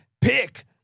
Pick